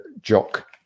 Jock